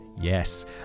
Yes